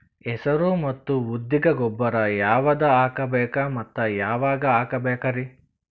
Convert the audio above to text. ಹೆಸರು ಮತ್ತು ಉದ್ದಿಗ ಗೊಬ್ಬರ ಯಾವದ ಹಾಕಬೇಕ ಮತ್ತ ಯಾವಾಗ ಹಾಕಬೇಕರಿ?